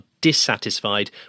Dissatisfied